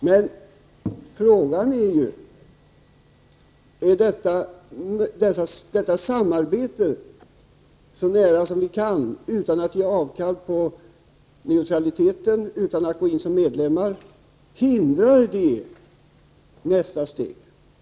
Men frågan är ju om ett EG-samarbete, så nära som det kan vara utan att vi behöver ge avkall på neutralitetspolitik eller gå in som medlem, hindrar nästa steg.